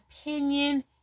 opinion